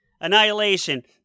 Annihilation